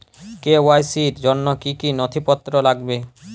KYC র জন্য কি কি নথিপত্র লাগবে?